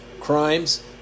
crimes